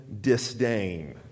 disdain